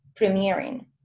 premiering